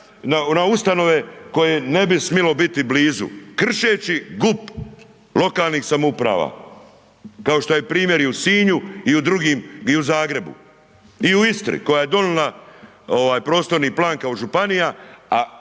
na ustanove koje ne bi smilo biti blizu, kršeći GUP lokalnih samouprava, kao što je primjer i u Sinju i u drugim i u Zagrebu. I u Istri, koje je donijela prostorni plan kao županija, a